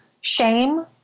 shame